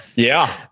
yeah,